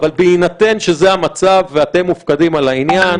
אבל בהינתן שזה המצב ואתם מופקדים על העניין,